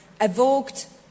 evoked